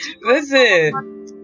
Listen